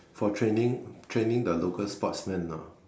for training training the local sportsman ah